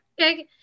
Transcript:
Okay